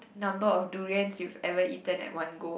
number of durians you've ever eaten at one go